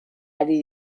ari